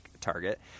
target